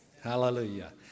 Hallelujah